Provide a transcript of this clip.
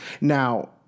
Now